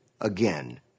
again